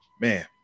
Man